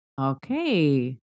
okay